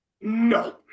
No